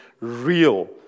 real